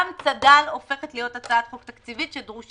גם צד"ל הופכת להיות הצעת חוק תקציבית שדרושים